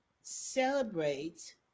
celebrate